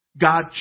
God